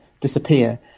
Disappear